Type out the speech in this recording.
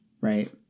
right